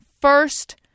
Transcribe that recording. first